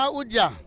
uja